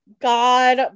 god